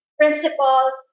principles